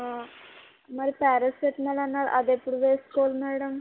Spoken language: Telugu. మరి పారాసెటమాలేన్నా అదెప్పుడు వేసుకోవాలి మేడం